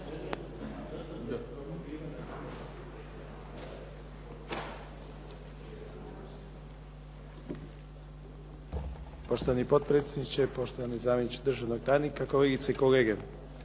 Poštovani potpredsjedniče, poštovani zamjeniče državnog tajnika, kolegice i kolege.